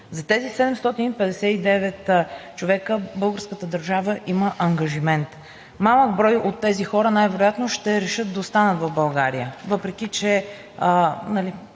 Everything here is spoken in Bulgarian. За тези 759 човека българската държава има ангажимент. Малък брой от тези хора най-вероятно ще решат да останат в България, въпреки че